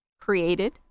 created